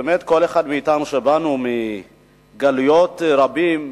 באמת כל אחד מאתנו, שבאנו מגלויות רבות,